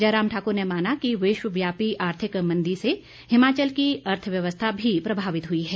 जयराम ठाकुर ने माना कि विश्व व्यापी आर्थिक मंदी से हिमाचल की अर्थव्यवस्था भी प्रभावित हुई है